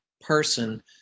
person